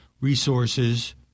resources